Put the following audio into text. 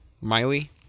Miley